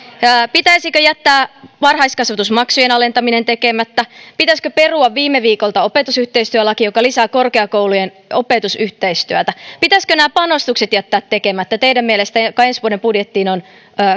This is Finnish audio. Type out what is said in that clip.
pitäisikö jättää varhaiskasvatusmaksujen alentaminen tekemättä pitäisikö perua viime viikolta opetusyhteistyölaki joka lisää korkeakoulujen opetusyhteistyötä pitäisikö teidän mielestänne jättää tekemättä nämä panostukset jotka ensi vuoden budjettiin on